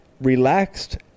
relaxed